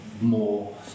more